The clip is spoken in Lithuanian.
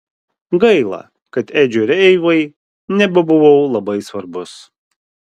gaila kad edžiui ir eivai nebebuvau labai svarbus